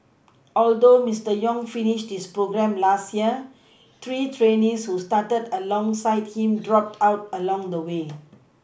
although Mister Yong finished his programme last year three trainees who started alongside him dropped out along the way